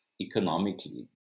economically